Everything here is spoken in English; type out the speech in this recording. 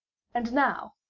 and now,